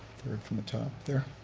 third from the top there?